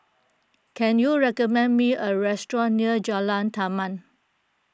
can you recommend me a restaurant near Jalan Taman